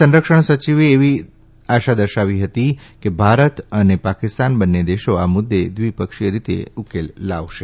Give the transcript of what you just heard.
સંરક્ષણ સચિવે એવી દર્શાવી હતી કે ભારત અને પાકિસ્તાન બંને દેશો આ મુદ્દે દ્વિપક્ષીથ રીતે ઉકેલ લાવશે